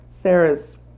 Sarah's